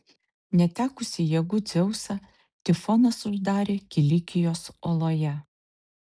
netekusį jėgų dzeusą tifonas uždarė kilikijos oloje